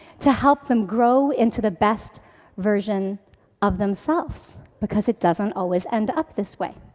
to help them grow into the best version of themselves. because it doesn't always end up this way.